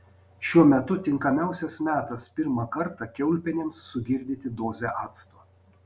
šiuo metu tinkamiausias metas pirmą kartą kiaulpienėms sugirdyti dozę acto